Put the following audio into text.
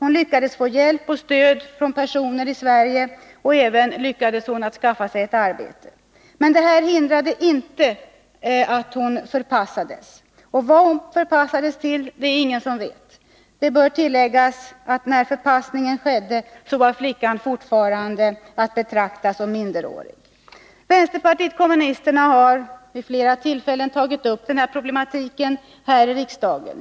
Hon lyckades få hjälp och stöd av personer i Sverige och lyckades även skaffa sig ett arbete. Detta hindrade emellertid inte att hon förpassades. Vad hon förpassades till är det ännu ingen som vet. Det bör tilläggas, att när förpassningen skedde, var flickan fortfarande att betrakta som minderårig. Vänsterpartiet kommunisterna har vid flera tillfällen tagit upp den här problematiken i riksdagen.